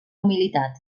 humilitat